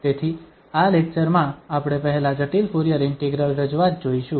તેથી આ લેક્ચરમાં આપણે પહેલા જટિલ ફુરીયર ઇન્ટિગ્રલ રજૂઆત જોઇશું